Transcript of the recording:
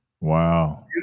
wow